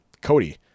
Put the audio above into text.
Cody